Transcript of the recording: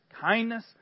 kindness